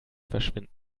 verschwinden